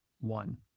one